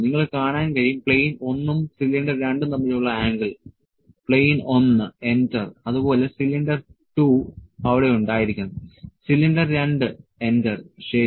നിങ്ങൾക്ക് കാണാൻ കഴിയും പ്ലെയിൻ 1 ഉം സിലിണ്ടർ 2 ഉം തമ്മിലുള്ള ആംഗിൾ പ്ലെയിൻ 1 എന്റർ അതുപോലെ സിലിണ്ടർ 2 അവിടെ ഉണ്ടായിരിക്കണം സിലിണ്ടർ 2 എന്റർ ശരി